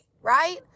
right